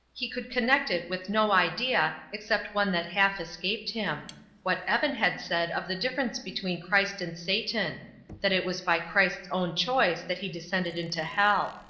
he could connect it with no idea except one that half escaped him what evan had said of the difference between christ and satan that it was by christ's own choice that he descended into hell.